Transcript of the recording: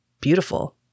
beautiful